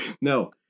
no